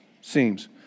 seems